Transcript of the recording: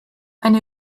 eine